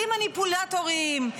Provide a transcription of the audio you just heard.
הכי מניפולטוריים,